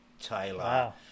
Taylor